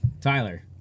Tyler